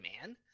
man